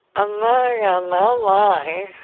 ah my ah mom like